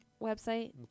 website